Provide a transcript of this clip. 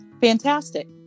fantastic